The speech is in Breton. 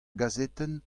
gazetenn